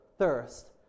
thirst